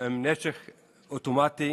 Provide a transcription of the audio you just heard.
כנסת נכבדה,